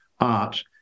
art